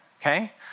okay